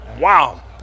Wow